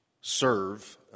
serve